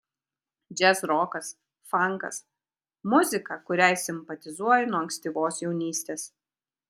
džiazrokas fankas muzika kuriai simpatizuoju nuo ankstyvos jaunystės